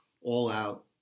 all-out